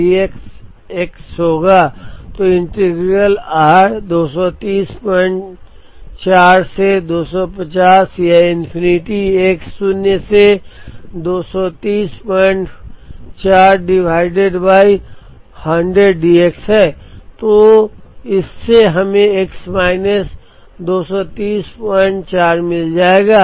तो integral r 2304 से 250 या इंफिनिटी x शून्य से 2304 100 dx है तो इससे हमें x माइनस 2304 मिल जाएगा